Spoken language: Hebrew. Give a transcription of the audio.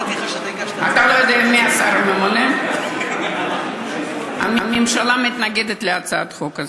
השר הממונה בעד הצעת החוק.